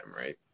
Right